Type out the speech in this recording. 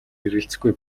эргэлзэхгүй